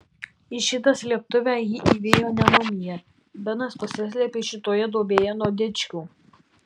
į šitą slėptuvę jį įvijo ne mumija benas pasislėpė šitoje duobėje nuo dičkių